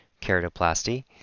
keratoplasty